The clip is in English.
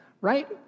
right